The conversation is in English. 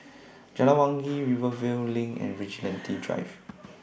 Jalan Wangi Rivervale LINK and Vigilante Drive